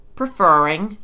preferring